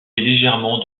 légèrement